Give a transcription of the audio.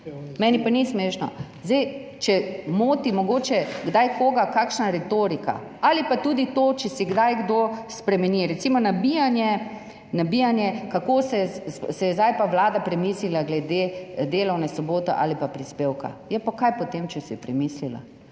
meni pa ni smešno. Če moti mogoče kdaj koga kakšna retorika ali pa tudi to, če kdaj kdo spremeni, recimo, nabijanje, kako si je pa zdaj Vlada premislila glede delovne sobote ali pa prispevka. Ja pa kaj potem, če si je premislila?